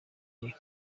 ایم